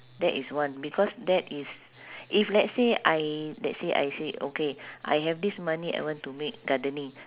that is one because that is if let's say I let's say I say okay I have this money I want to make gardening